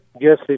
Yes